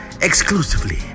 Exclusively